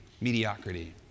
mediocrity